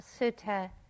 Sutta